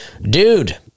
Dude